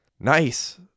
Nice